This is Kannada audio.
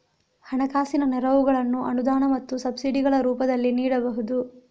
ಹಣಕಾಸಿನ ನೆರವುಗಳನ್ನು ಅನುದಾನ ಮತ್ತು ಸಬ್ಸಿಡಿಗಳ ರೂಪದಲ್ಲಿ ನೀಡಬಹುದು